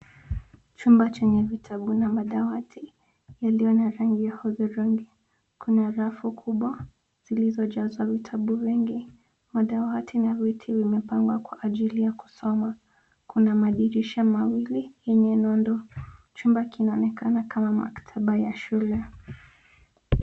Chumba chenye vitabu na madawati yaliyo na rangi ya hudhurungi. Kuna rafu kubwa zilizojazwa vitabu vingi. Madawati na viti vimepangwa kwa ajili ya kusoma. Kuna madirisha mawili yenye nondo. Chumba kinaonekana kama maktaba ya shule.